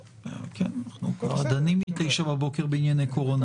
כן, אנחנו כבר דנים מ-09:00 בבוקר בענייני קורונה.